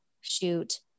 shoot